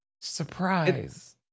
surprise